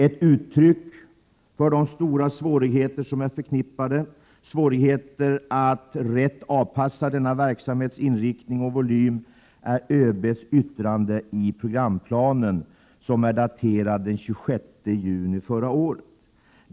Ett uttryck för de stora svårigheter som är förknippade härmed, svårigheten att rätt avpassa denna verksamhets inriktning och volym, är ÖB:s yttrande i programplanen som är daterad den 26 juni förra året.